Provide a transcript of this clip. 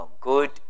Good